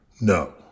No